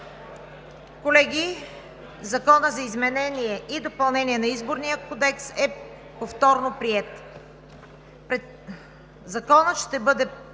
Колеги, Законът за изменение и допълнение на Изборния кодекс е повторно приет.